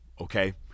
Okay